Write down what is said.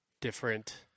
different